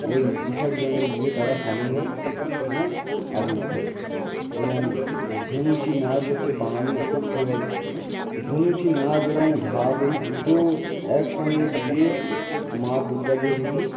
ওই বিসর্জনে গিয়ে তারা সামিল হয় এবং আবির খেলে এবং ধুনুচি নাচ হচ্ছে বাঙালির খুব ফেভারিট ধুনুচি নাচ এবং ঢাক এই দুটো একসঙ্গে দিয়ে মা দুর্গা দেবীকে